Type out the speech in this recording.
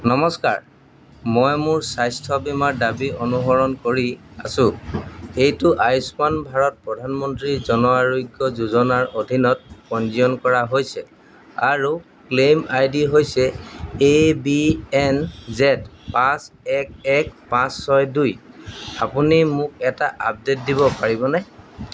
নমস্কাৰ মই মোৰ স্বাস্থ্য বীমাৰ দাবী অনুসৰণ কৰি আছোঁ এইটো আয়ুষ্মান ভাৰত প্ৰধানমন্ত্ৰী জন আৰোগ্য যোজনাৰ অধীনত পঞ্জীয়ন কৰা হৈছে আৰু ক্লেইম আই ডি হৈছে এ বি এন জেদ পাঁচ এক এক পাঁচ ছয় দুই আপুনি মোক এটা আপডেট দিব পাৰিবনে